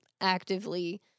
actively